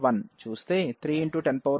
numVal1 చూస్తే 310 9 వస్తుంది